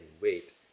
weight